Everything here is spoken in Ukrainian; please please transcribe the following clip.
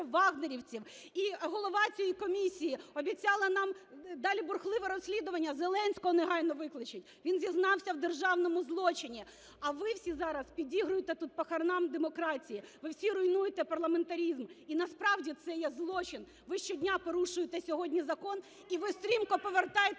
"вагнерівців". І голова цієї комісії обіцяла нам далі бурхливе розслідування. Зеленського негайно викличте, він зізнався в державному злочині. А ви всі зараз підігруєте тут похоронам демократії, ви всі руйнуєте парламентаризм. І насправді це є злочин. Ви щодня порушуєте сьогодні закон і ви стрімко повертаєте